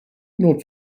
nur